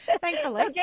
Thankfully